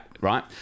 Right